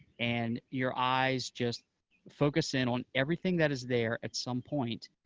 and your eyes just focus in on everything that is there at some point,